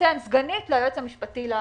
תציין סגנית ליועץ המשפטי.